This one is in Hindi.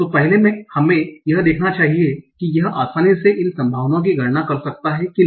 तो पहले हमें यह देखना चाहिए कि यह आसानी से इन संभावनाओं की गणना कर सकता हैं कि नहीं